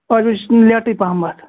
ٲٹھٕ بَجہِ لیٹے پَہم